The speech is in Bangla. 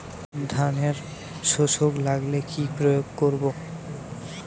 ধানের শোষক লাগলে কি প্রয়োগ করব?